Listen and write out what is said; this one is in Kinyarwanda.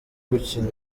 gukina